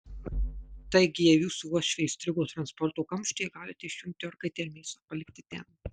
taigi jei jūsų uošviai įstrigo transporto kamštyje galite išjungti orkaitę ir mėsą palikti ten